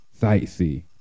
sightsee